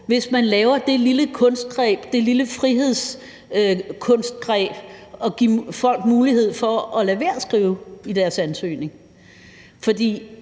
hvis man laver det lille kunstgreb, det lille frihedskunstgreb, at give folk mulighed for at lade være med at skrive det i deres ansøgning. Jeg